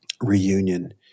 reunion